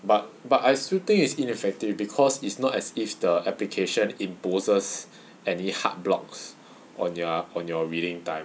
but but I still think is ineffective because it's not as if the application imposes any hard blocks on your on your reading time